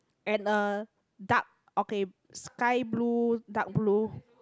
and a dark okay sky blue dark blue